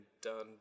done